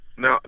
Now